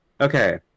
Okay